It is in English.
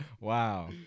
Wow